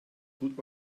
gut